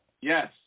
Yes